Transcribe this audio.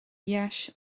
dheis